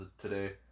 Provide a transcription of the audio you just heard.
today